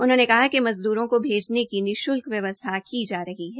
उन्होंने कहा कि मज़द्रों को भेजने की निशुल्क व्यवस्था की जा रही है